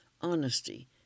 honesty